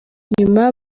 nyuma